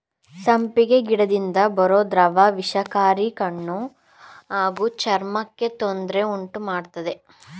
ಸಂಪಿಗೆ ಗಿಡದಿಂದ ಬರೋ ದ್ರವ ವಿಷಕಾರಿ ಕಣ್ಣು ಹಾಗೂ ಚರ್ಮಕ್ಕೆ ತೊಂದ್ರೆ ಉಂಟುಮಾಡ್ತದೆ